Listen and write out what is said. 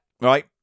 Right